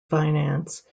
finance